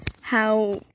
How-